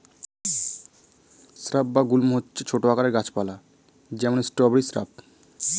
shrub বা গুল্ম হচ্ছে ছোট আকারের গাছ পালা, যেমন স্ট্রবেরি শ্রাব